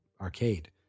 Arcade